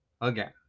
again